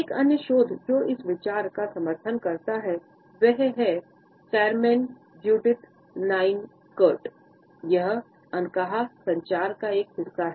एक अन्य शोध जो इस विचार का समर्थन करता है वह है कारमेन जुडिथ नाइन कर्ट यह अनकहा संचार का एक हिस्सा है